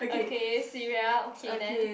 okay Sierra okay then